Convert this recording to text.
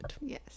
Yes